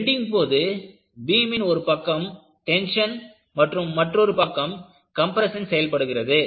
bending போது பீமின் ஒருபக்கம் டென்ஷன் மற்றும் மற்றொரு பக்கம் கம்பிரஷன் செயல்படுகிறது